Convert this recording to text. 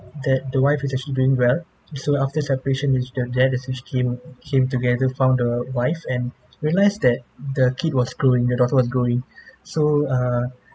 that the wife is actually doing well so after separation the dad he actually came came together found the wife and realised that the kid was growing the daughter was growing so err